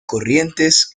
corrientes